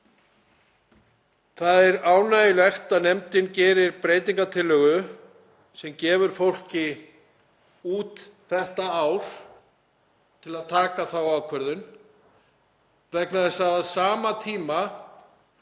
Það er ánægjulegt að nefndin geri breytingartillögu sem gefur fólki tíma út þetta ár til að taka þá ákvörðun vegna þess að það gefur